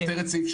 אז זה סותר את (3).